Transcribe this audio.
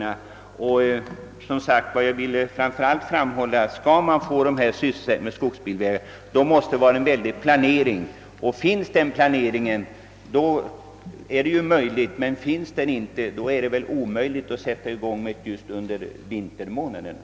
Jag vill emellertid än en gång framhålla, att om man skall skapa sysselsättningstillfällen genom att bygga skogsbilvägar, så måste det till en omfattande planering. Då är det möjligt att skapa sysselsättning, i annat fall går det inte att sätta i gång de arbetena under vintermånaderna.